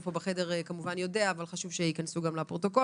כאן בחדר כמובן יודע אבל חשוב שייכנסו לפרוטוקול.